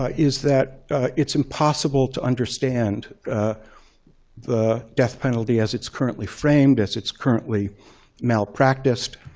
ah is that it's impossible to understand the death penalty as it's currently framed, as it's currently malpracticed,